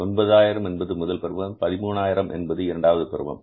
9000 என்பது முதல் பருவம் 13000 என்பது இரண்டாவது பருவம்